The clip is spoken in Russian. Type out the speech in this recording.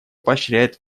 поощряет